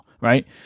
right